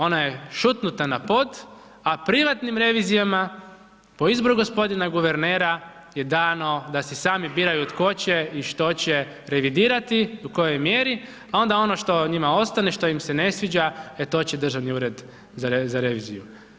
Ona je šutnuta na pod, a privatnim revizijama, po izboru g. guvernera je dano da si sami biraju tko će i što će revidirati i u kojoj mjeri, a onda ono što njima ostane, što im se ne sviđa, e to će Državni ured za reviziju.